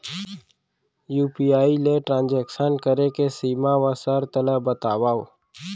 UPI ले transaction करे के सीमा व शर्त ला बतावव?